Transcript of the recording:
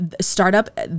Startup